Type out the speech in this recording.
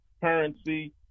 currency